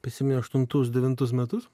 prisiminę aštuntus devintus metus